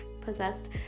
possessed